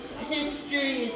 History